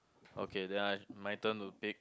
okay then I my turn to pick